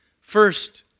First